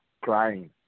crying